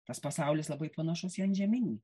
tas pasaulis labai panašus į antžeminį